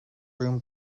room